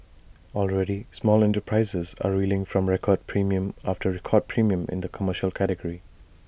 already small enterprises are reeling from record premium after record premium in the commercial category